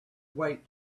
wait